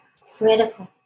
critical